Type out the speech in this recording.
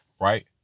right